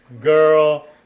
girl